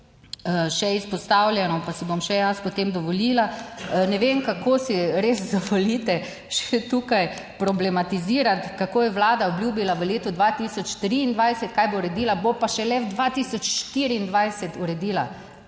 še izpostavljeno, pa si bom še jaz potem dovolila. Ne vem kako si res dovolite še tukaj problematizirati kako je Vlada obljubila v letu 2023, kaj bo uredila, bo pa šele 2024 uredila.